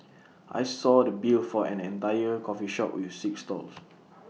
I saw the bill for an entire coffee shop with six stalls